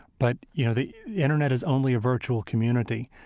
but, you know, the internet is only a virtual community.